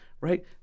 right